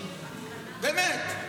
באמת.